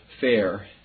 fair